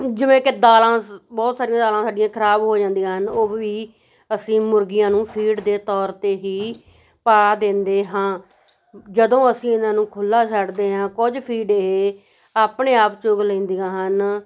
ਜਿਵੇਂ ਕਿ ਦਾਲਾਂ ਬਹੁਤ ਸਾਰੀਆਂ ਦਾਲਾਂ ਸਾਡੀਆਂ ਖਰਾਬ ਹੋ ਜਾਂਦੀਆਂ ਹਨ ਉਹ ਵੀ ਅਸੀਂ ਮੁਰਗੀਆਂ ਨੂੰ ਫੀਡ ਦੇ ਤੌਰ 'ਤੇ ਹੀ ਪਾ ਦਿੰਦੇ ਹਾਂ ਜਦੋਂ ਅਸੀਂ ਇਹਨਾਂ ਨੂੰ ਖੁੱਲ੍ਹਾ ਛੱਡਦੇ ਹਾਂ ਕੁਝ ਫੀਡ ਇਹ ਆਪਣੇ ਆਪ ਚੁਗ ਲੈਂਦੀਆਂ ਹਨ